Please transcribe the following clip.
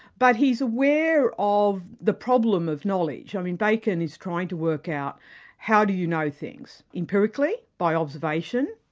but he's aware of the problem of knowledge. i mean bacon is trying to work out how do you know things, empirically, by observation,